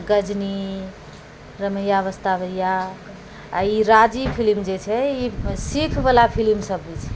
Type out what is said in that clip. Ghazni Ramaiya Vastavaiya आओर ई राजी फिलिम जे छै ई सिक्खवला फिलिमसब छिए